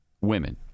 women